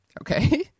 Okay